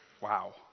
Wow